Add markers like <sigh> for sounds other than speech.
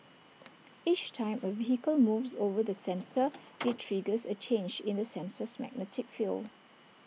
each time A vehicle moves over the sensor <noise> IT triggers A change in the sensor's magnetic field